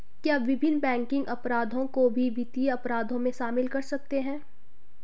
क्या विभिन्न बैंकिंग अपराधों को भी वित्तीय अपराधों में शामिल कर सकते हैं?